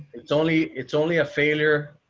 it's only it's only a failure.